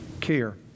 care